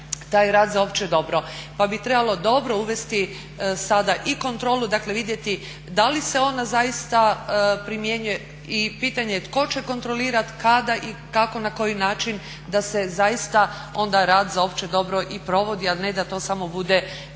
taj rad za opće dobro. Pa bi trebalo dobro uvesti sada i kontrolu, dakle vidjeti da li se ona zaista primjenjuje i pitanje je tko će je kontrolirati, kada i kako i na koji način da se zaista onda rad za opće dobro i provodi ali ne da to samo bude